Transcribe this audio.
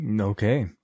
Okay